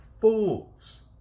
fools